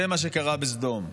זה מה שקרה בסדום.